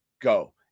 go